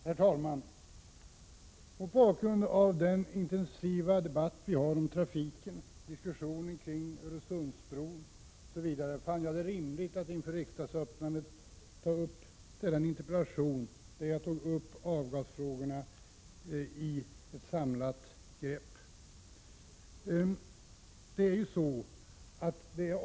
Herr talman! Mot bakgrund av den intensiva debatt vi har om trafiken, diskussionen kring Öresundsbron, osv., fann jag det rimligt att inför riksmötets öppnande väcka en interpellation, där jag tog upp avgasfrågorna i ett samlat grepp.